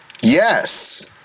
Yes